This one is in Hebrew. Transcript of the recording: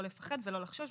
לא לפחד ולא לחשוש,